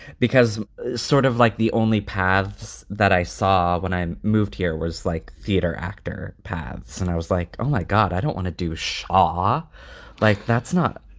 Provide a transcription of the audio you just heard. because sort of like the only paths that i saw when i moved here was like theater actor paths. and i was like, oh, my god, i don't want to do shit. are ah like, that's not.